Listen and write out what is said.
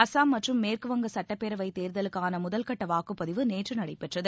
அசாம் மற்றும் மேற்குவங்க சுட்டப்பேரவை தேர்தலுக்கான முதல் கட்ட வாக்குப்பதிவு நேற்று நடைபெற்றது